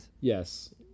Yes